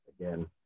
again